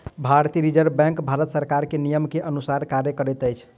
भारतीय reserve bank Bharat सरकार के नियम के अनुसार कार्य करैत अछि